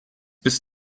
bis